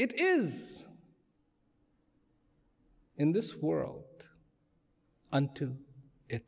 it is in this world unto it